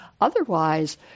Otherwise